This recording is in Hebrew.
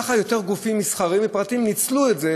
כך יותר גופים מסחריים ופרטיים ניצלו את זה